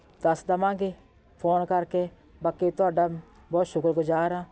ਦੱਸ ਦੇਵਾਂਗੇ ਫ਼ੋਨ ਕਰਕੇ ਬਾਕੀ ਤੁਹਾਡਾ ਬਹੁਤ ਸ਼ੁਕਰ ਗੁਜ਼ਾਰ ਹਾਂ